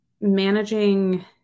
managing